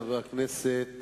חבר הכנסת